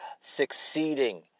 succeeding